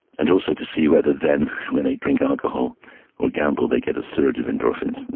and also to see whether then when they drink alcohol or gamble they get a surge of endorphins.